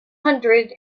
hundred